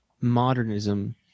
modernism